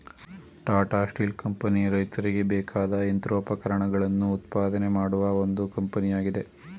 Tata Steel company ರೈತರಿಗೆ ಬೇಕಾದ ಯಂತ್ರೋಪಕರಣಗಳನ್ನು ಉತ್ಪಾದನೆ ಮಾಡುವ ಒಂದು ಕಂಪನಿಯಾಗಿದೆ